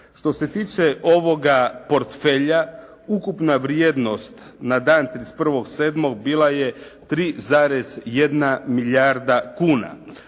Što se tiče ovoga portfelja ukupna vrijednost na dan 31.7. bila je 3,1 milijarda kuna.